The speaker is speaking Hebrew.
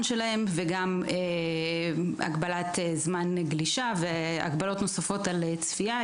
שלהם וגם הגבלת זמן גלישה והגבלות נוספות על צפייה.